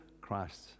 Christ